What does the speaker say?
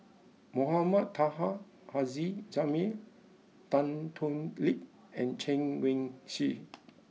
Mohamed Taha Haji Jamil Tan Thoon Lip and Chen Wen Hsi